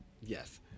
Yes